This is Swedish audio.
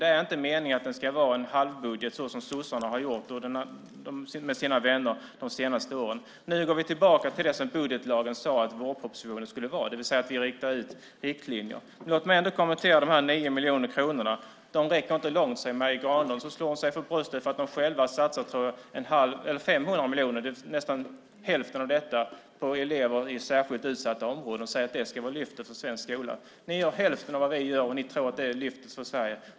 Det är inte meningen att den ska vara en halvbudget såsom sossarna har gjort tillsammans med sina vänner de senaste åren. Nu går vi tillbaka till det som budgetlagen sade att vårpropositionen skulle vara, det vill säga att vi ritar ut riktlinjer. Låt mig kommentera dessa 900 miljoner kronor. Marie Granlund säger att de inte räcker långt, och så slår hon sig för bröstet för att de själva har satsat 500 miljoner, drygt hälften av detta, på elever i särskilt utsatta områden. Hon säger att det ska vara lyftet för svensk skola. Ni gör hälften av vad vi gör, och ni tror att det är lyftet för Sverige.